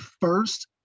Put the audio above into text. first